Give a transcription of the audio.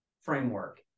framework